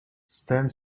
stand